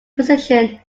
position